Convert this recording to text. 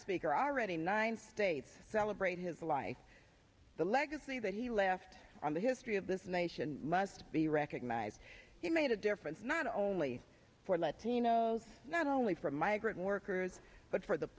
speaker already nine states celebrate his life the legacy that he left on the history of this nation must be recognized he made a difference not only for latinos not only for migrant workers but for the